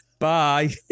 Bye